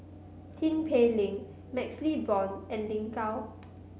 Tin Pei Ling MaxLe Blond and Lin Gao